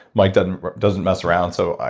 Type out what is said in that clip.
mike doesn't doesn't mess around so,